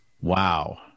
Wow